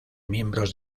miembros